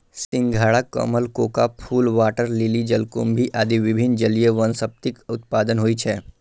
सिंघाड़ा, कमल, कोका फूल, वाटर लिली, जलकुंभी आदि विभिन्न जलीय वनस्पतिक उत्पादन होइ छै